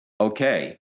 okay